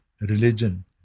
religion